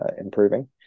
improving